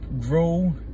grow